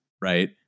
right